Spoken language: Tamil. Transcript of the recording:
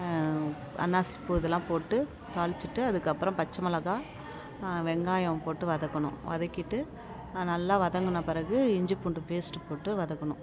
அன்னாசிப்பூ இதெல்லாம் போட்டு தாளிச்சுட்டு அதுக்கப்புறம் பச்சை மிளகா வெங்காயம் போட்டு வதக்கணும் வதக்கிட்டு அது நல்லா வதங்கின பிறகு இஞ்சி பூண்டு பேஸ்ட்டு போட்டு வதக்கணும்